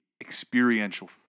experiential